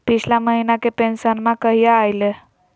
पिछला महीना के पेंसनमा कहिया आइले?